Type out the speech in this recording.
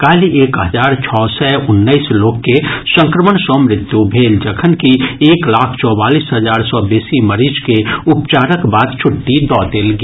काल्हि एक हजार छओ सय उन्नैस लोक के संक्रमण सँ मृत्यु भेल जखनकि एक लाख चौवालीस हजार सँ बेसी मरीज के उपचारक बाद छुट्टी दऽ देल गेल